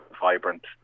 vibrant